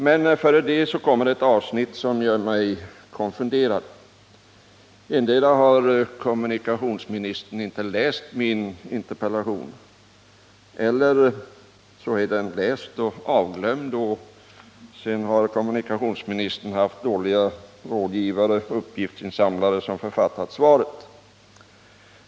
Men före det finns ett avsnitt som gör mig konfunderad. Endera har kommunikationsministern inte läst min interpellation eller också har hon läst den och glömt den, och sedan har kommunikationsministern haft dåliga rådgivare och uppgiftsinsamlare som författat svaret.